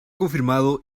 confirmado